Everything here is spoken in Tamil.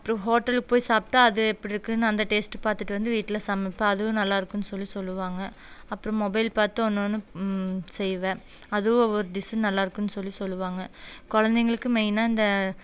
அப்புறம் ஹோட்டலுக்கு போய் சாப்பிட்டா அது எப்படி இருக்குன்னு அந்த டேஸ்ட் பார்த்துட்டு வந்து வீட்டில் சமைப்பேன் அதுவும் நல்லா இருக்குன்னு சொல்லி சொல்லுவாங்க அப்புறம் மொபைல் பார்த்து ஒன்று ஒன்று செய்வேன் அதுவும் ஒவ்வொரு டிஷ் நல்லா இருக்குன்னு சொல்லி சொல்லுவாங்க குழந்தைங்களுக்கு மெயினாக இந்த